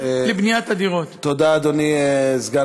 המשרד הפעיל ומימן בסכום משמעותי את הטרמינל החדש,